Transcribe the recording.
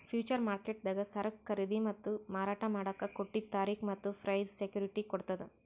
future ಮಾರ್ಕೆಟ್ದಾಗ್ ಸರಕ್ ಖರೀದಿ ಮತ್ತ್ ಮಾರಾಟ್ ಮಾಡಕ್ಕ್ ಕೊಟ್ಟಿದ್ದ್ ತಾರಿಕ್ ಮತ್ತ್ ಪ್ರೈಸ್ಗ್ ಸೆಕ್ಯುಟಿಟಿ ಕೊಡ್ತದ್